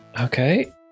Okay